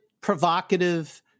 provocative